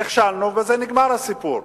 נכשלנו, ובזה נגמר הסיפור.